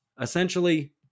Essentially